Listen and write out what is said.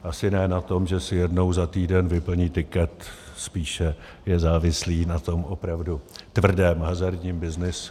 Asi ne na tom, že si jednou za týden vyplní tiket, spíše je závislý na tom opravdu tvrdém hazardním byznysu.